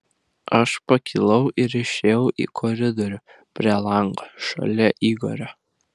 aš pakilau ir išėjau į koridorių prie lango šalia igorio